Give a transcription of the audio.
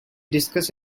discuss